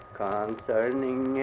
concerning